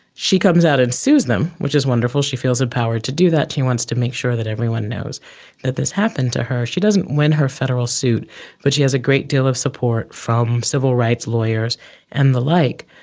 she comes out and sues them, which is wonderful, she feels empowered to do that, she wants to make sure that everyone knows that this happened to her. she doesn't win her federal suit but she has a great deal of support from civil rights lawyers and the like.